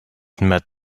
met